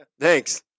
Thanks